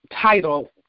title